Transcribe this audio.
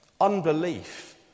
Unbelief